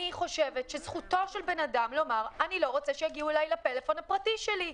אני חושבת שזכותו של אדם לומר: אני לא רוצה שיגיעו לטלפון הפרטי שלי,